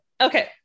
Okay